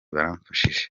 baramfashije